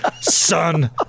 Son